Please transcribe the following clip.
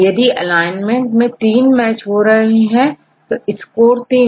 यदि अलाइनमेंट में तीन मैच हो रहे हैं तो स्कोर तीन होगा